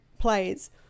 plays